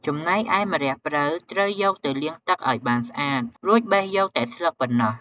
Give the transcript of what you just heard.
ចំណែកឯ ម្រះព្រៅត្រូវយកទៅលាងទឹកឲ្យបានស្អាត រួចបេះយកតែស្លឹកប៉ុណ្ណោះ។